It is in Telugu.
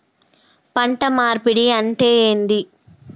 పంట మార్పిడి అంటే ఏంది?